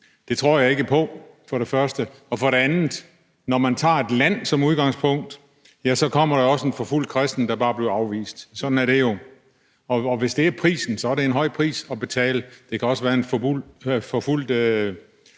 Det tror jeg ikke på, for det første. Og for det andet: Når man tager et land som udgangspunkt, kommer der også en forfulgt kristen, der bare bliver afvist. Sådan er det jo. Hvis det er prisen, er det en høj pris at betale. Det kan også være en forfulgt, der